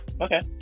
Okay